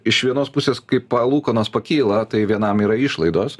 iš vienos pusės kai palūkanos pakyla tai vienam yra išlaidos